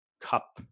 cup